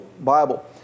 Bible